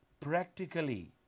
practically